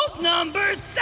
numbers